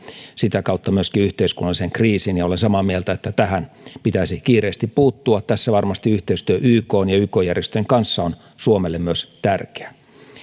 sitä kautta myöskin yhteiskunnallisen kriisin ja olen samaa mieltä että tähän pitäisi kiireesti puuttua tässä varmasti yhteistyö ykn ja yk järjestöjen kanssa on suomelle myös tärkeää